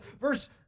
Verse